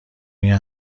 این